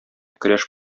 көрәш